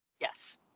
Yes